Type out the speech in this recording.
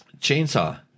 Chainsaw